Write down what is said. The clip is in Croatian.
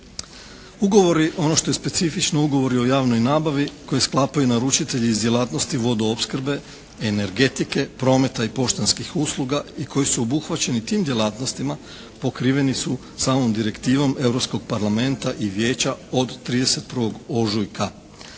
Ugovori ono što je specifično, ugovori o javnoj nabavi koje sklapaju naručitelji iz djelatnosti vodoopskrbe, energetike, prometa i poštanskih usluga i koji su obuhvaćeni tim djelatnostima, pokriveni su samom direktivom Europskog parlamenta i Vijeća od 31. ožujka.